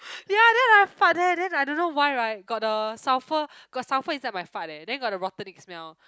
ya then I fart there then I don't know why right got the sulphur got sulphur inside my fart eh then got the rottening smell